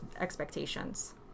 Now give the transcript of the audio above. expectations